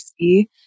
see